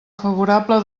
favorable